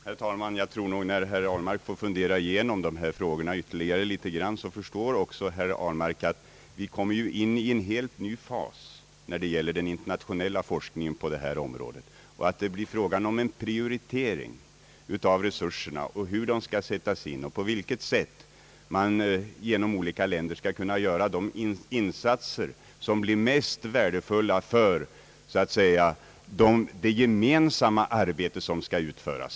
Herr talman! Jag tror nog att när herr Ahlmark har funderat litet mera på dessa frågor förstår han att vi kommer in i en helt ny fas när det gäller den internationella forskningen på detta område och att det blir fråga om en prioritering av resurserna. Frågan gäller då hur dessa resurser skall sättas in och på vilket sätt man genom olika länder skall kunna göra de mest värdefulla insatserna för det gemensamma arbete som skall utföras.